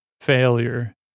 Failure